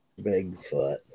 Bigfoot